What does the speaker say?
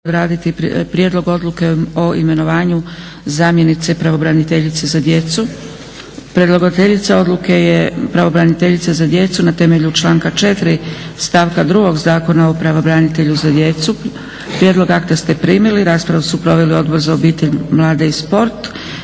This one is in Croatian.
odraditi: - Prijedlog odluke o imenovanju zamjenice pravobraniteljice za djecu. Predlagateljica odluke je pravobraniteljica za djecu na temelju članka 4. stavka 2. Zakona o pravobranitelju za djecu. Prijedlog akta ste primili. Raspravu su proveli Odbor za obitelj, mlade i sport.